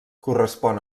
correspon